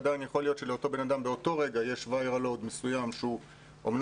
עדיין יכול להיות שלאותו אדם באותו רגע יש --- מסוים שהוא אומנם